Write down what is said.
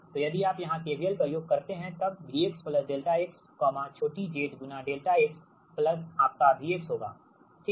तो यदि आप यहां KVL प्रयोग करते हैं तब V x ∆xछोटी z ∆x प्लस आपका V होगा ठीक